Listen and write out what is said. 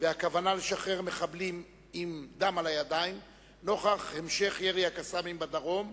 והכוונה לשחרר מחבלים עם "דם על הידיים" נוכח המשך ירי "הקסאמים" בדרום,